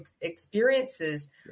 experiences